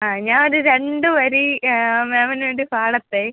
ആ ഞാനൊരു രണ്ട് വരി മാമിന് വേണ്ടി പാടട്ടെ